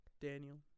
Daniel